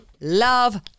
love